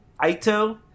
Aito